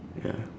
ya